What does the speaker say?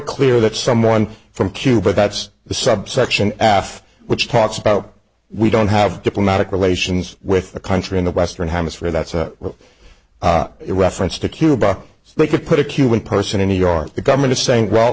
clear that someone from cuba that's the subsection ath which talks about we don't have diplomatic relations with a country in the western hemisphere that's it reference to cuba so they could put a cuban person in new york the government is saying well